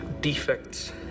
defects